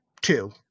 two